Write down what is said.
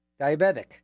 diabetic